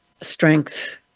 strength